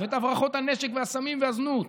ואת הברחות הנשק והסמים והזנות.